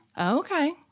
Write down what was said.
okay